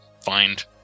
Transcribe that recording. find